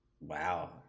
Wow